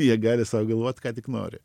jie gali sau galvot ką tik nori